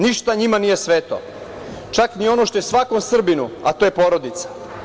Ništa njima nije sveto, čak ni ono što je svakom Srbinu, a to je porodica.